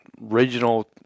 regional